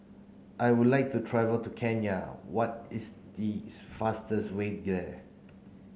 I would like to travel to Kenya what is the fastest way there